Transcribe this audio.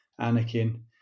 Anakin